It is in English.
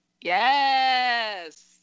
Yes